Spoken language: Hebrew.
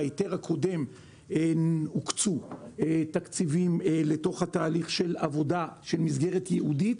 בהיתר הקודם הוקצו תקציבים לתהליך עבודה של מסגרת ייעודית,